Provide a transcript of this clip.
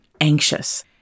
anxious